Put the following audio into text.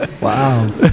Wow